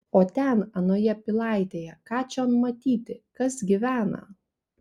o ten anoje pilaitėje ką čion matyti kas gyvena